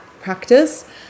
practice